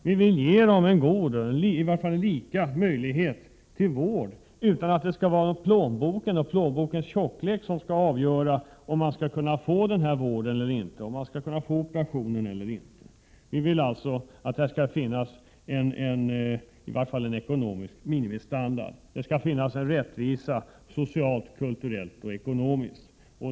Vi vill ge människorna en god, eller i varje fall en lika stor, möjlighet till vård, och det skall inte vara plånboken och dess tjocklek som skall avgöra om man skall kunna få denna vård eller inte eller få en operation. Vi vill att det skall finnas en ekonomisk minimistandard och en rättvisa socialt, kulturellt och ekonomiskt.